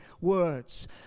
words